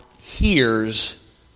hears